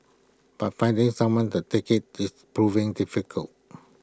but finding someone to take IT is proving difficult